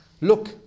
Look